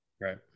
right